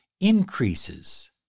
increases